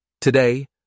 Today